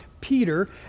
Peter